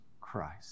Christ